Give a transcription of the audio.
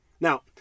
Now